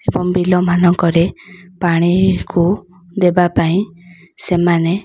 ଏବଂ ବିଲମାନଙ୍କରେ ପାଣିକୁ ଦେବା ପାଇଁ ସେମାନେ